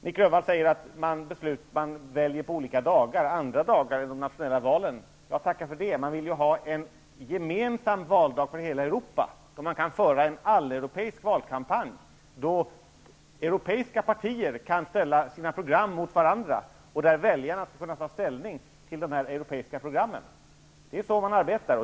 Nic Grönvall säger att man väljer på dagar som inte sammanfaller med de nationella valen. Ja, tacka för det! Man vill ju ha en gemensam valdag för hela Europa, så att det går att föra en alleuropeisk valkampanj, där europeiska partier kan ställa sina program mot varandra och där väljarna kan ta ställning till de europeiska programmen. Det är så man arbetar.